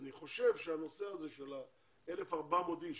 אני חושב שהנושא הזה של ה-1,400 איש,